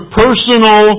personal